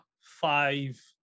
five